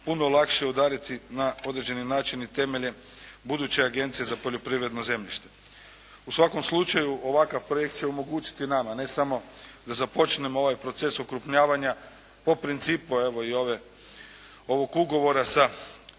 puno lakše udariti na određeni način i temelje buduće Agencije za poljoprivredno zemljište. U svakom slučaju ovakav projekt će omogućiti nama ne samo da započnemo ovaj proces okrupnjavanja po principu evo i ovog ugovora sa